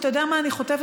אתה יודע מה אני חוטפת,